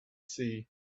sea